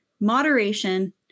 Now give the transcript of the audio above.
moderation